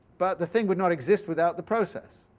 but the thing would not exist without the process.